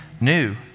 new